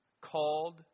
called